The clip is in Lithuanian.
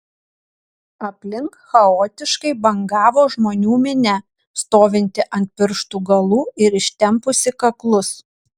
aplink chaotiškai bangavo žmonių minia stovinti ant pirštų galų ir ištempusi kaklus